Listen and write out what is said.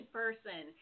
person